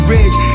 Ridge